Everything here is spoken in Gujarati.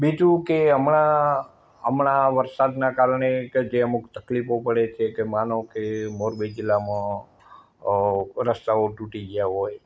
બીજું કે હમણાં હમણાં વરસાદના કારણે કે જે અમુક તકલીફો પડે છે કે માનો કે મોરબી જિલ્લામાં અ રસ્તાઓ તૂટી ગયા હોય